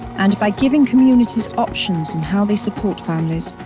and by giving communities options in how they support families,